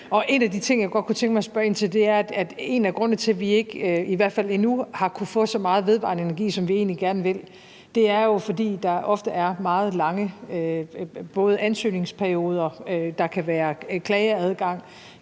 der er en ting, jeg godt kunne tænke mig at spørge ind til. En af grundene til, at vi i hvert fald endnu ikke har kunnet få så meget vedvarende energi, som vi egentlig gerne vil have, er jo, at der ofte er meget lange ansøgningsperioder. Der kan være klageadgang,